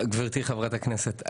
גברתי חברת הכנסת,